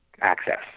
access